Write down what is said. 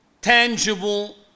tangible